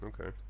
okay